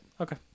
Okay